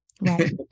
Right